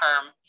term